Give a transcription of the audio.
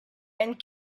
and